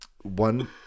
One